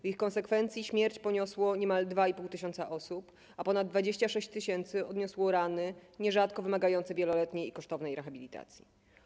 W ich konsekwencji śmierć poniosło niemal 2,5 tys. osób, a ponad 26 tys. odniosło rany, nierzadko wymagające wieloletniej i kosztownej rehabilitacji.